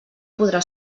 podrà